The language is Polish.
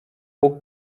bóg